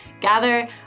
gather